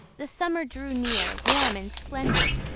the summer drew near, warm and splendid.